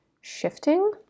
shifting